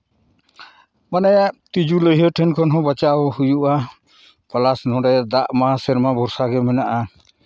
ᱢᱟᱱᱮ ᱛᱤᱡᱩ ᱞᱟᱹᱭᱦᱟᱹ ᱴᱷᱮᱱ ᱠᱷᱚᱱ ᱦᱚᱸ ᱵᱟᱪᱷᱟᱣ ᱦᱩᱭᱩᱜᱼᱟ ᱯᱞᱟᱥ ᱱᱚᱰᱮ ᱫᱟᱜ ᱢᱟ ᱥᱮᱨᱢᱟ ᱵᱷᱚᱨᱥᱟ ᱜᱮ ᱢᱮᱱᱟᱜᱼᱟ